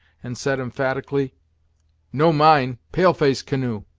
and said emphatically no mine pale-face canoe.